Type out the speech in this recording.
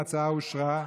ההצעה אושרה.